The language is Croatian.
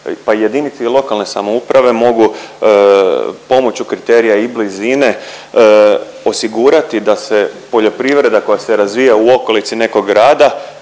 jedinice lokalne samouprave mogu pomoću kriterija i blizine osigurati da se poljoprivreda koja se razvija u okolici nekog grada